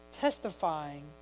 testifying